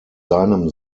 seinem